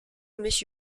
mich